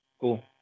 cool